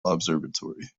observatory